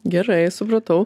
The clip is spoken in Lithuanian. gerai supratau